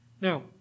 Now